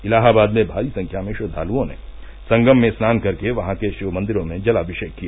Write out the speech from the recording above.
इलाहाबाद में भारी संख्या में श्रद्वालुओं ने संगम में स्नान कर के वहां के शिव मंदिरों में जलामिषेक किया